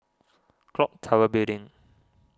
Clock Tower Building